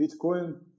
bitcoin